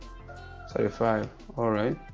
thirty-five all right